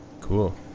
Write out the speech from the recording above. Cool